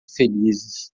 felizes